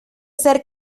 ser